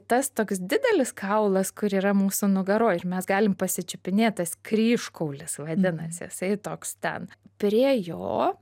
tas toks didelis kaulas kur yra mūsų nugaroj ir mes galim pasičiupinėt tas kryžkaulis vadinasi jisai toks ten prie jo